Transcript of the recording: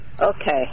Okay